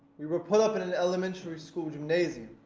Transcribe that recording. we were put up in an elementary school gymnasium,